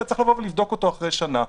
אלא צריך לבוא ולבדוק אותו אחרי שנה.